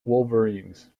wolverines